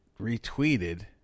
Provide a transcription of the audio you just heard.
retweeted